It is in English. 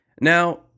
Now